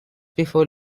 before